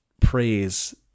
praise